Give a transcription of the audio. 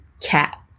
cat